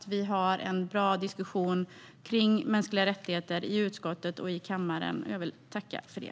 Vi har en bra diskussion om mänskliga rättigheter i utskottet och i kammaren. Jag vill tacka för det.